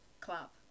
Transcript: Clap